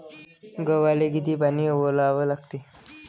गव्हाले किती पानी वलवा लागते?